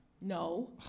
No